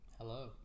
Hello